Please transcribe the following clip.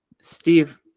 steve